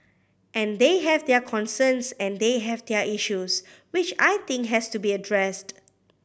and they have their concerns and they have their issues which I think has to be addressed